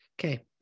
Okay